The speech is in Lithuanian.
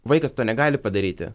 vaikas to negali padaryti